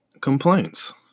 complaints